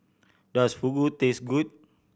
does Fugu taste good